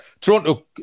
Toronto